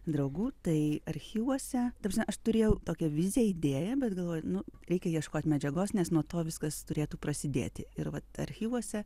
draugų tai archyvuose ta prasme aš turėjau tokią viziją idėją bet galvoju nu reikia ieškot medžiagos nes nuo to viskas turėtų prasidėti ir vat archyvuose